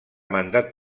mandat